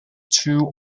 two